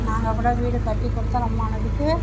நாங்கள் கூட வீடு கட்டி குடித்தனமானதுக்கு